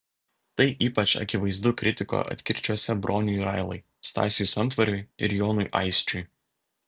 tai ypač akivaizdu kritiko atkirčiuose broniui railai stasiui santvarui ir jonui aisčiui